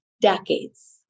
decades